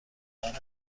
مامانم